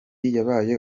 yabaye